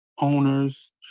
owners